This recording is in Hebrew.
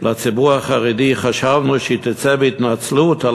לציבור החרדי חשבנו שהיא תצא בהתנצלות על